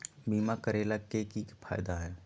बीमा करैला के की फायदा है?